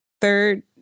third